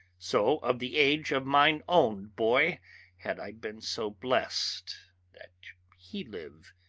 so of the age of mine own boy had i been so blessed that he live,